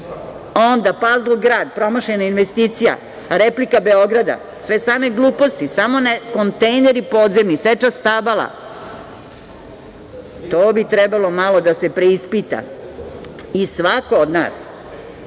Onda, „Pazl grad“, promašena investicija, replika Beograda, sve same gluposti, podzemni kontejneri, seča stabala. To bi trebalo malo da se preispita. Svako od nas